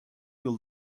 will